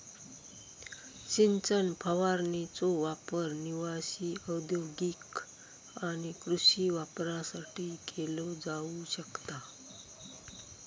सिंचन फवारणीचो वापर निवासी, औद्योगिक आणि कृषी वापरासाठी केलो जाऊ शकता